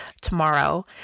tomorrow